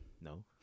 no